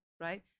right